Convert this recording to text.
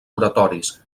oratoris